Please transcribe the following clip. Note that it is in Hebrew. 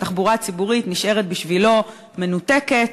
והתחבורה הציבורית נשארת בשבילו מנותקת,